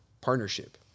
partnership